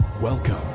Welcome